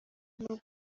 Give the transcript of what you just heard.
nko